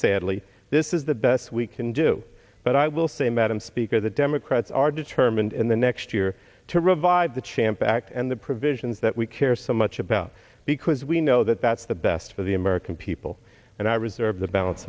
sadly this is the best we can do but i will say madam speaker the democrats are determined in the next year to revive the champ act and the provisions that we care so much about because we know that that's the best for the american people and i reserve the balance